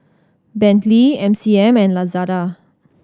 Bentley M C M and Lazada